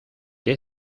qué